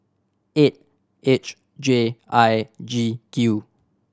eight H J I G Q